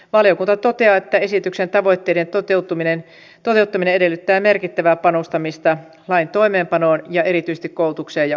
valiokunta toteaa että esityksen tavoitteiden toteutuminen edellyttää merkittävää panostamista lain toimeenpanoon ja erityisesti koulutukseen ja ohjaamiseen